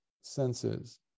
senses